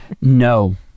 No